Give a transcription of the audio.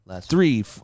Three